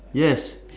yes